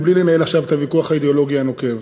מבלי לנהל עכשיו את הוויכוח האידיאולוגי הנוקב.